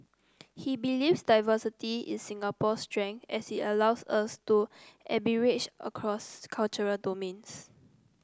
he believes diversity is Singapore's strength as it allows us to arbitrage across cultural domains